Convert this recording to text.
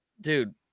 dude